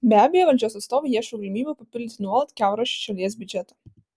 be abejo valdžios atstovai ieško galimybių papildyti nuolat kiaurą šalies biudžetą